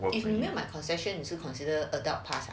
eh 你们买 concession 也是 consider adult